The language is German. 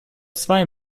zwei